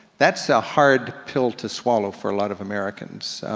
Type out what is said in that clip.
that's a hard pill to swallow for a lot of americans.